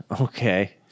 Okay